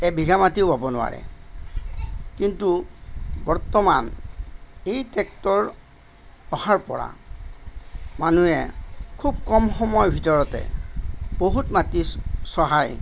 এক বিঘা মাটিয়ো বৱ নোৱাৰে কিন্তু বৰ্তমান এই ট্ৰেক্টৰ অহাৰপৰা মানুহে খুব কম সময় ভিতৰতে বহুত মাটি চহাই